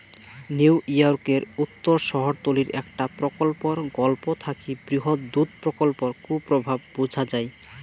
নিউইয়র্কের উত্তর শহরতলীর একটা প্রকল্পর গল্প থাকি বৃহৎ দুধ প্রকল্পর কুপ্রভাব বুঝা যাই